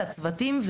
לצוותים,